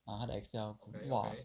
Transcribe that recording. ah 他的 excel !wah!